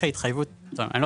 זה לא